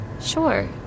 Sure